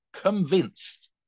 convinced